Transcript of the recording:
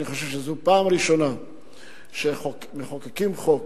אני חושב שזו הפעם הראשונה שמחוקקים חוק